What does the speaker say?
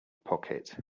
pocket